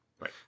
Right